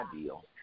ideal